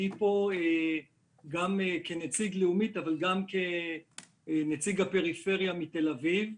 אני פה גם כנציג לאומית שירותי בריאות אבל גם כנציג הפריפריה מתל אביב.